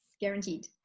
Guaranteed